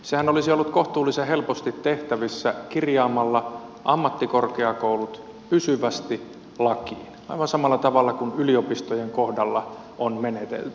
sehän olisi ollut kohtuullisen helposti tehtävissä kirjaamalla ammattikorkeakoulut pysyvästi lakiin aivan samalla tavalla kuin yliopistojen kohdalla on menetelty